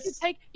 take